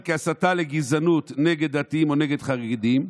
כהסתה לגזענות נגד דתיים או נגד חרדים,